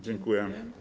Dziękuję.